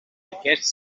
aquests